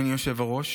אדוני היושב-ראש,